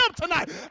tonight